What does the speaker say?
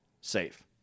safe